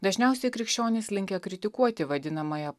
dažniausiai krikščionys linkę kritikuoti vadinamąją